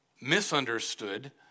misunderstood